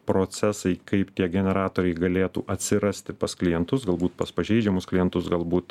procesai kaip tie generatoriai galėtų atsirasti pas klientus galbūt pas pažeidžiamus klientus galbūt